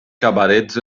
cabarets